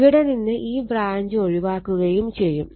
ഇവിടെ നിന്ന് ഈ ബ്രാഞ്ച് ഒഴിവാക്കുകയും ചെയ്യും